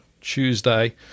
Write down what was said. Tuesday